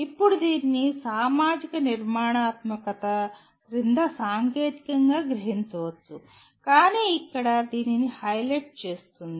ఇప్పుడు దీనిని సామాజిక నిర్మాణాత్మకత క్రింద సాంకేతికంగా గ్రహించవచ్చు కానీ ఇక్కడ ఇది దీనిని హైలైట్ చేస్తుంది